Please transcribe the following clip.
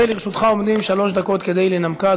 ולרשותך עומדות שלוש דקות כדי לנמקה.